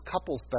couple's